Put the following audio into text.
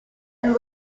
and